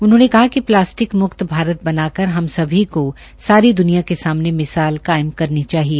उन्होंने कहा कि प्लास्टिक मुक्त भारत बनाकर हम सभी को सारी दुनिया के सामने मिसाल कायम करनी चाहिए